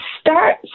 start